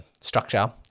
structure